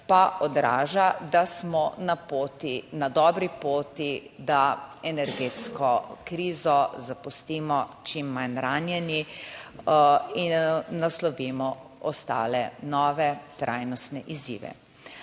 pa odraža, da smo na poti, na dobri poti, da energetsko krizo zapustimo čim manj ranjeni in naslovimo ostale nove trajnostne izzive.